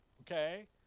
Okay